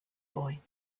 boy